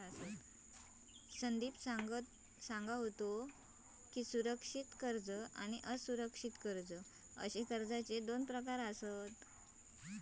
संदीप सांगा होतो की, सुरक्षित कर्ज आणि असुरक्षित कर्ज अशे कर्जाचे दोन प्रकार आसत